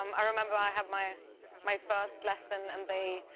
um i remember i had my my first lesson and they,